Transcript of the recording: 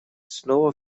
снова